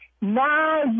Now